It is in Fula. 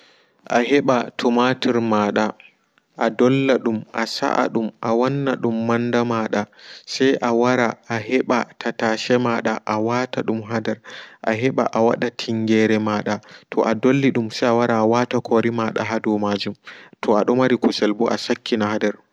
A heɓa tumatur mada a dolla dum asaa dum awannadum manda maɗa se a wara a heɓa tattashhe mada awata dum haa nder a heɓa a waɗa tingere maɗa to'a dollidum se awara awata kori mada hadou majum toado mari kusel ɓo asakkina hadou.